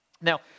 Now